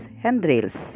handrails